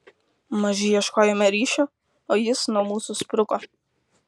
maži ieškojome ryšio o jis nuo mūsų spruko